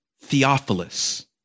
Theophilus